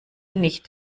nicht